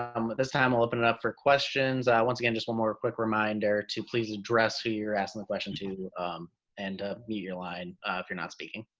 um at this time i'll open it up for questions. once again, just one more quick reminder to please address who you are asking the question to and mute your line if you're not speaking.